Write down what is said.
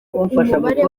umubare